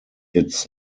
its